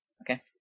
Okay